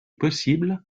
possible